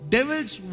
Devil's